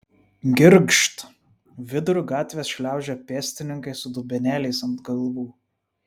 girgžt viduriu gatvės šliaužia pėstininkai su dubenėliais ant galvų